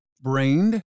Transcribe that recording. brained